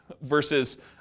Versus